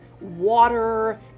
water